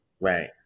Right